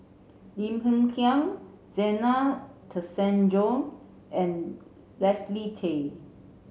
Lim Hng Kiang Zena Tessensohn and Leslie Tay